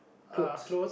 clothes